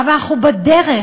"אבל אנחנו בדרך,